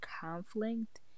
conflict